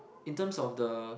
in terms of the